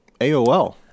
aol